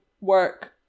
work